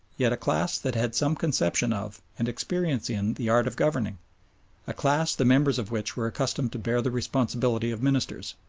yet a class that had some conception of, and experience in the art of governing a class the members of which were accustomed to bear the responsibility of ministers.